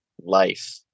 life